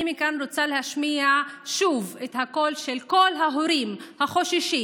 מכאן אני רוצה להשמיע שוב את הקול של כל ההורים החוששים